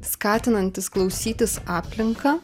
skatinantys klausytis aplinką